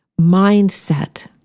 Mindset